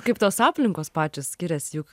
kaip tos aplinkos pačios skirias juk